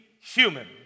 human